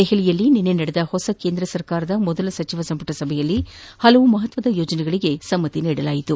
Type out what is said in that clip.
ದೆಹಲಿಯಲ್ಲಿ ನಿನ್ನೆ ನಡೆದ ಹೊಸ ಕೇಂದ್ರ ಸರ್ಕಾರದ ಮೊದಲ ಸಚಿವ ಸಂಪುಟ ಸಭೆಯಲ್ಲಿ ಹಲವು ಮಹತ್ವದ ಯೋಜನೆಗಳಗೆ ಒಪ್ಪಿಗೆ ನೀಡಲಾಯಿತು